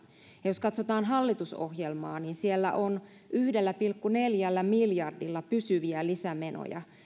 jos katsotaan hallitusohjelmaa niin siellä on yhdellä pilkku neljällä miljardilla pysyviä lisämenoja